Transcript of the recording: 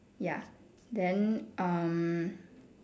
ya then um